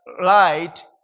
light